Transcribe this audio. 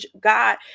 God